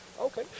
Okay